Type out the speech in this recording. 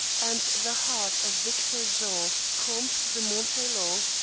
and the heart of victor jean, comte de montaiglon,